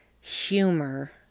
humor